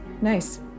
nice